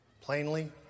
plainly